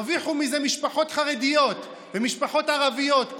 וירוויחו מזה משפחות חרדיות ומשפחות ערביות,